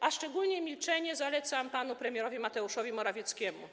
A szczególnie milczenie zalecam panu premierowi Mateuszowi Morawieckiemu.